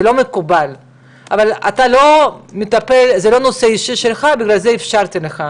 אבל בגלל שזה לא נושא אישי שלך ובגלל זה אפשרתי לך.